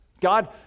God